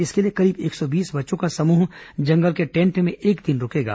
इसके लिए करीब एक सौ बीस बच्चों का समूह जंगल के टेन्ट में एक दिन रूकेगा